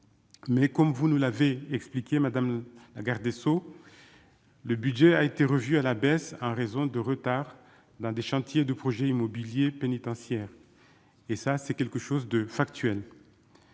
mais comme vous nous l'avez expliqué madame la garde des Sceaux, le budget a été revu à la baisse en raison de retards, l'un des chantiers de projet immobilier pénitentiaire et ça c'est quelque chose de factuel,